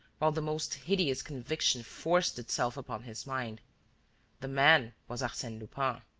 while the most hideous conviction forced itself upon his mind the man was arsene lupin.